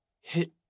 hit